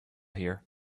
here